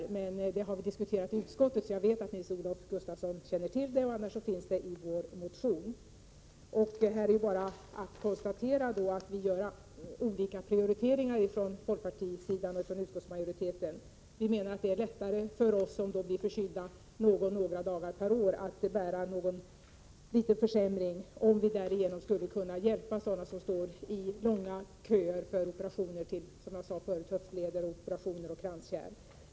Vi har emellertid diskuterat den här frågan i utskottet, så jag vet att Nils-Olof Gustafsson känner till detta; annars kan han återfinna det i vår motion. Här kan jag bara konstatera att vi i folkpartiet gör en annan prioritering än utskottsmajoriteten. Vi menar att det är lättare för oss som blir förkylda någon eller några dagar per år att bära en liten försämring om vi därigenom skulle kunna hjälpa dem som står i långa köer till höftledsoperation och kranskärlsoperation.